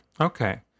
Okay